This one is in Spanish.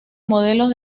modelos